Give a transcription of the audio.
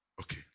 Okay